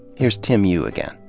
here's tim yu again.